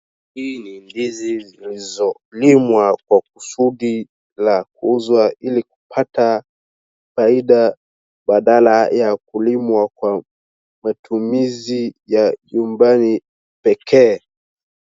Hizi ni ndizi zilizolimwa kwa kusudi la kuuzwa ili kupata faida badala ya kulimwa kwa matumizi ya nyumbani pekee.